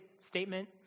statement